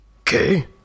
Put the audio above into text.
Okay